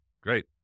great